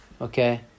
okay